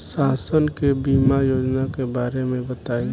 शासन के बीमा योजना के बारे में बताईं?